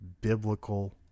biblical